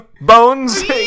Bones